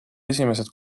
esimesed